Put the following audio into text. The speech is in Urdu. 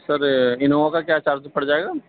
سر انووا کا کیا چارج پڑ جائے گا